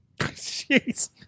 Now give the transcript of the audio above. Jeez